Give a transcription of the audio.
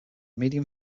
medium